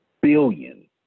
billion